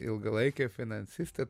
ilgalaikė finansistė